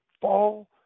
fall